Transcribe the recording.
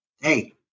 hey